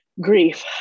grief